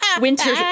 winter